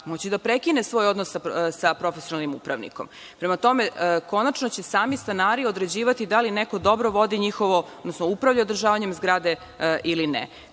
moći da prekine svoj odnos sa profesionalnim upravnikom. Prema tome, konačno će sami stanari određivati da li neko dobro vodi njihovo, odnosno upravlja održavanjem zgrade ili